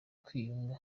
kwiyunga